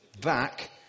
back